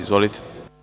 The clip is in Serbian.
Izvolite.